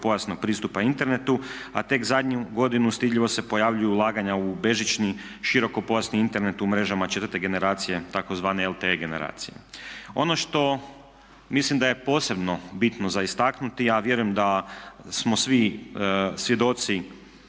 širokopojasnog pristupa internetu a tek zadnju godinu stidljivo se pojavljuju ulaganja u bežični, širokopojasni Internet u mrežama četvrte generacije tzv. LTE generacije. Ono što mislim da je posebno bitno za istaknuti a vjerujem da smo svi svjedoci